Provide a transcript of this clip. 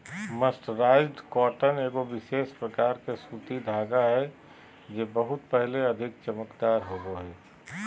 mercerised cotton एगो विशेष प्रकार के सूती धागा हय जे बहुते अधिक चमकदार होवो हय